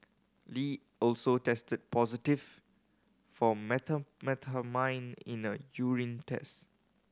Lee also tested positive for methamphetamine in a urine test